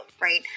right